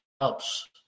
helps